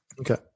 Okay